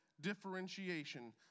differentiation